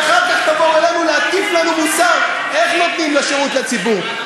ואחר כך תבואו אלינו להטיף לנו מוסר איך נותנים שירות לציבור.